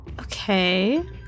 Okay